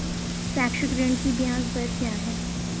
शैक्षिक ऋण की ब्याज दर क्या है?